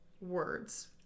words